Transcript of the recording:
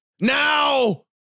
Now